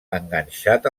enganxat